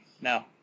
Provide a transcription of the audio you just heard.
no